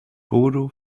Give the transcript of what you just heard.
bodo